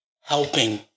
helping